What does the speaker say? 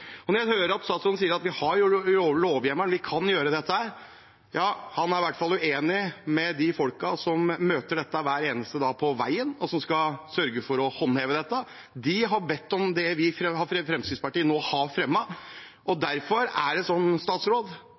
Jeg hører statsråden si at når det fortsatt er en del å rydde opp i, bør man gjøre det. Og når jeg hører statsråden si at vi har lovhjemmelen, vi kan gjøre dette, ja, så er han er i hvert uenig med dem som møter dette hver eneste dag på veien, og som skal sørge for å håndheve dette. De har bedt om det vi i Fremskrittspartiet nå har